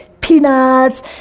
peanuts